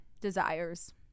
desires